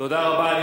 תודה רבה.